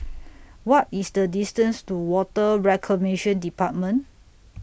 What IS The distance to Water Reclamation department